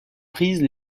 prises